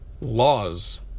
laws